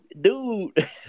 Dude